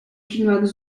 chinois